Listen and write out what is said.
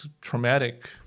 Traumatic